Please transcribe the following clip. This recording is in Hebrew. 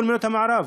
כל מדינות המערב.